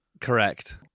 Correct